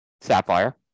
sapphire